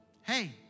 hey